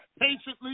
patiently